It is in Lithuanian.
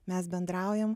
mes bendraujam